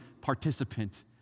participant